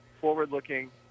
forward-looking